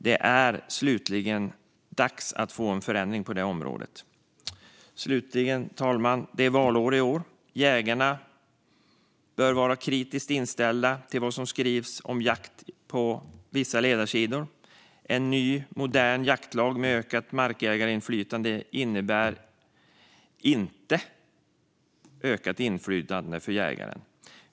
Det är till slut dags att få en förändring på detta område. Slutligen, fru talman: Det är valår i år. Jägarna bör vara kritiskt inställda till vad som skrivs om jakt på vissa ledarsidor. En ny, modern jaktlag med ökat markjägarinflytande innebär inte ökat inflytande för jägare.